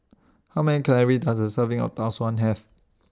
How Many Calories Does A Serving of Tau Suan Have